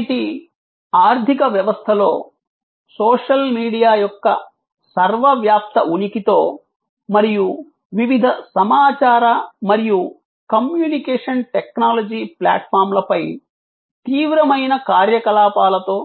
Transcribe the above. నేటి ఆర్థిక వ్యవస్థలో సోషల్ మీడియా యొక్క సర్వవ్యాప్త ఉనికితో మరియు వివిధ సమాచార మరియు కమ్యూనికేషన్ టెక్నాలజీ ప్లాట్ఫామ్లపై తీవ్రమైన కార్యకలాపాలతో